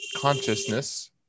consciousness